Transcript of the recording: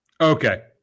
Okay